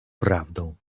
prawdą